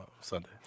Sunday